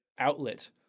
outlet